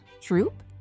Troop